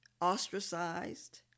ostracized